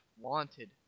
Wanted